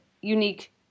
unique